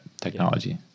technology